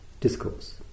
discourse